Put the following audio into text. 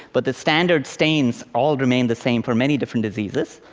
but the standard stains all remain the same for many different diseases.